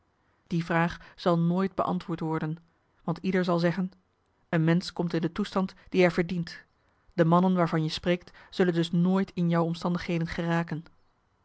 die vraag zal nooit beantwoord worden want ieder zal zeggen een mensch komt in de toestand die hij verdient de mannen waarvan je spreekt zullen dus nooit in jou omstandigheden geraken